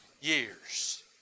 years